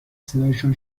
صدایشان